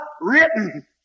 written